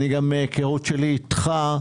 מהכרות שלי אתך,